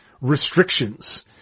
restrictions